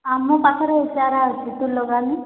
ଆମ ପାଖରେ ଚାରା ଅଛି ତୁ ଲଗା ନି